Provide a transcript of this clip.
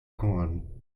corn